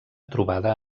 trobada